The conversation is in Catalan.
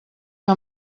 que